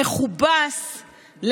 בעד חיים ליברליים חופשיים והוגנים,